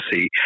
see